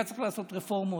היה צריך לעשות רפורמות,